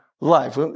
life